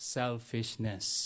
selfishness